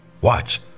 watch